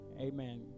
Amen